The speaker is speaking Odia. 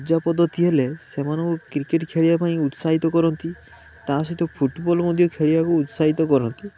ପୂଜା ପଦ୍ଧତି ହେଲେ ସେମାନଙ୍କୁ କ୍ରିକେଟ ଖେଳିବାପାଇଁ ଉତ୍ସାହିତ କରନ୍ତି ତା ସହିତ ଫୁଟବଲ୍ ମଧ୍ୟ ଖେଳିବାକୁ ଉତ୍ସାହିତ କରନ୍ତି